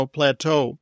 Plateau